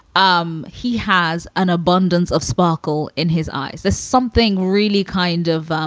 um he has an abundance of sparkle in his eyes. there's something really kind of